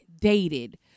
dated